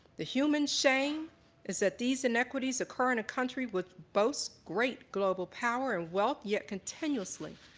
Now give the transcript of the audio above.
the human shame is that these inequities occur in a country which boasts great global power and wealth yet continuously,